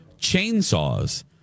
Chainsaws